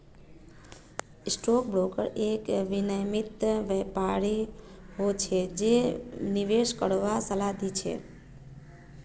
stock broker एक विनियमित व्यापारी हो छै जे निवेश करवार सलाह दी छै